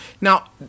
Now